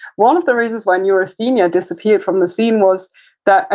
one of the reasons why neurasthenia disappeared from the scene was that, i